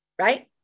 right